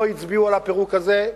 לא הצביעו על הפירוק הזה.